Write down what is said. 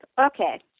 Okay